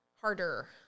harder